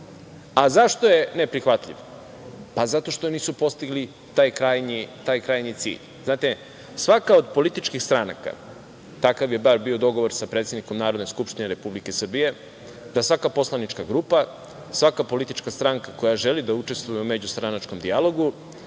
je neprihvatljiv? Pa, zato što nisu postigli taj krajnji cilj. Znate, svaka od političkih stranaka, takav je bar bio dogovor sa predsednikom Narodne skupštine Republike Srbije, da svaka poslanička grupa, svaka politička stranka koja želi da učestvuje u međustranačkom dijalogu,